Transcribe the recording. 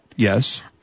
Yes